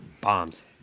Bombs